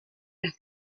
las